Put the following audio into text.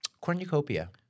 Cornucopia